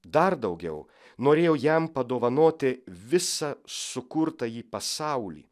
dar daugiau norėjau jam padovanoti visą sukurtąjį pasaulį